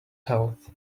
health